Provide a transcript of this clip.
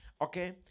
Okay